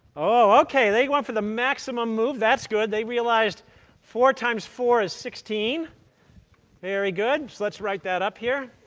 oh, ok, they went for the maximum move. that's good. they realized four times four is sixteen very good. so let's write that up here.